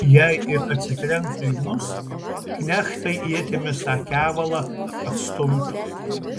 jei ir atsitrenktų į mus knechtai ietimis tą kevalą atstumtų